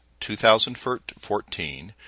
2014